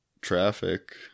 traffic